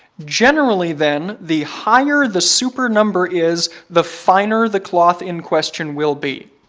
generally then, the higher the super number is, the finer the cloth in question will be.